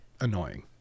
annoying